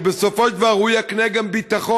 ובסופו של דבר היא תקנה גם ביטחון,